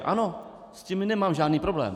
Ano, s tím nemám žádný problém.